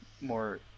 more